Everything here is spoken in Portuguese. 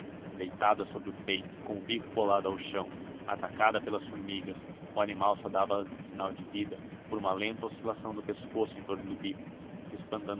deitada sobre o peito com o bico colado ao chão atacada pelas formigas o animal só dava sinal de vida por uma lenta oscilação do pescoço em torno do bico espantando